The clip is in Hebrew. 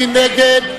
מי נגד?